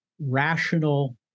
rational